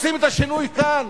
עושים את השינוי כאן,